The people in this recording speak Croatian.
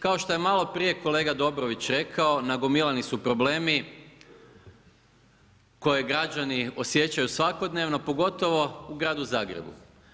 Kao što je malo prije kolega Dobrović rekao, nagomilani su problemi koje građani osjećaju svakodnevno pogotovo u gradu Zagrebu.